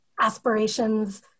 aspirations